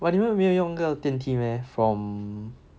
but 你们没有用那个电梯 meh from